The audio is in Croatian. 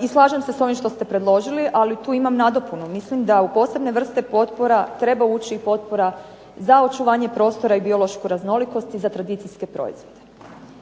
I slažem se s ovim što ste predložili, ali tu imam nadopunu. Mislim da u posebne vrste potpora treba ući potpora za očuvanje prostora i biološku raznolikost i za tradicijske proizvode.